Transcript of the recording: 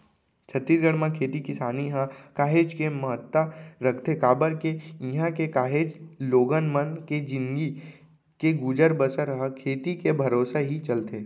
छत्तीसगढ़ म खेती किसानी ह काहेच के महत्ता रखथे काबर के इहां के काहेच लोगन मन के जिनगी के गुजर बसर ह खेती के भरोसा ही चलथे